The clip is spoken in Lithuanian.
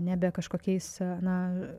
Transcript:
nebe kažkokiais na